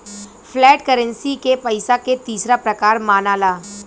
flat currency के पइसा के तीसरा प्रकार मनाला